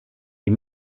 die